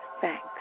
thanks